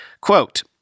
Quote